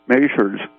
measures